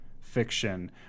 fiction